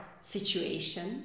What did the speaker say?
situation